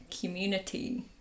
community